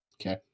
Okay